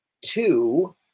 Two